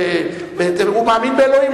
הוא מאמין באלוהים,